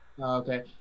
Okay